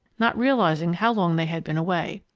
not realizing how long they had been away.